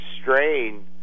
strain